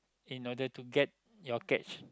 in order to get your catch